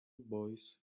boys